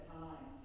time